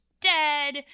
dead